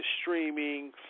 streaming